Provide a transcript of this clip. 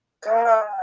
God